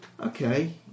Okay